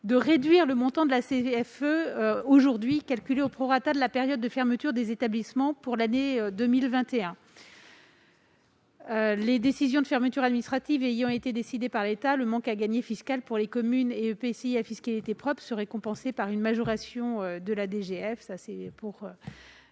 de réduire le montant de la CFE pour l'année 2021, au prorata de la période de fermeture des établissements. Les décisions de fermetures administratives ayant été décidées par l'État, le manque à gagner fiscal pour les communes et EPCI à fiscalité propre serait compensé par une majoration de la DGF. Quel est l'avis